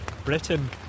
Britain